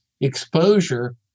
exposure